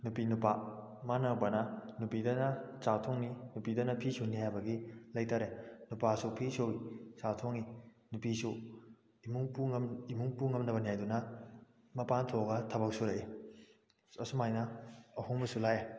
ꯅꯨꯄꯤ ꯅꯨꯄꯥ ꯃꯥꯅꯕꯅ ꯅꯨꯄꯤꯗꯅ ꯆꯥꯛ ꯊꯣꯡꯅꯤ ꯅꯨꯄꯤꯗꯅ ꯐꯤ ꯁꯨꯅꯤ ꯍꯥꯏꯕꯒꯤ ꯂꯩꯇꯔꯦ ꯅꯨꯄꯥꯁꯨ ꯐꯤ ꯁꯨꯏ ꯆꯥꯛ ꯊꯣꯡꯉꯤ ꯅꯨꯄꯤꯁꯨ ꯏꯃꯨꯡ ꯄꯨ ꯏꯃꯨꯡ ꯄꯨ ꯉꯝꯅꯕꯅꯤ ꯍꯥꯏꯗꯨꯅ ꯃꯄꯥꯟ ꯊꯣꯛꯑꯒ ꯊꯕꯛ ꯁꯨꯔꯛꯏ ꯑꯁꯨꯃꯥꯏꯅ ꯑꯍꯣꯡꯕꯁꯨ ꯂꯥꯛꯑꯦ